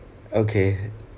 okay